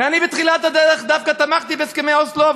ואני בתחילת הדרך דווקא תמכתי בהסכמי אוסלו,